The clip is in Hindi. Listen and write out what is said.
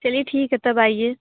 चलिए ठीक है तब आइए